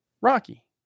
Rocky